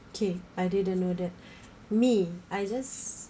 okay I didn't know that me I just